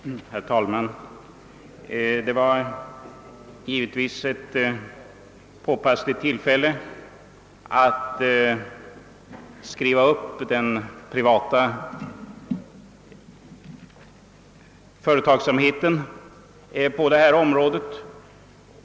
Herr talman! Herr Turesson begagnar påpassligt tillfället att uppvärdera den privata företagsamheten på detta område.